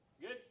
Good